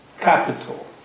capital